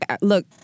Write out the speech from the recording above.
Look